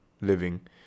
living